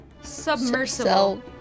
submersible